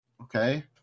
Okay